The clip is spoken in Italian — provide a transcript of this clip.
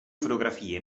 fotografie